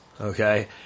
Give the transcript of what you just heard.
okay